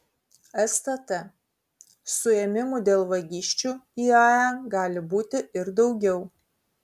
stt suėmimų dėl vagysčių iae gali būti ir daugiau